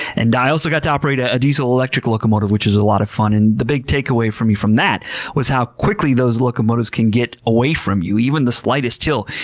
and i also got to operate ah a diesel-electric locomotive which is a lot of fun. and the big takeaway for me from that was how quickly those locomotives can get away from you. even the slightest hill,